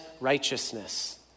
righteousness